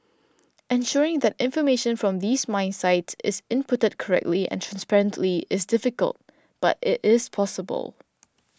ensuring that information from these mine sites is inputted correctly and transparently is difficult but it is possible